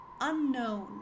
unknown